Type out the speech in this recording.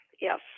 Yes